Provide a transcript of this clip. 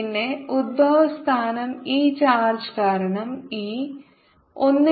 പിന്നെ ഉത്ഭവസ്ഥാനം ഈ ചാർജ് കാരണം E